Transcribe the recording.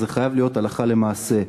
וזה חייב להיות הלכה למעשה,